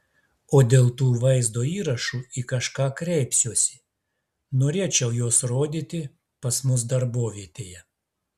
o dėl tų vaizdo įrašų į kažką kreipsiuosi norėčiau juos rodyti pas mus darbovietėje